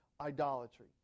idolatry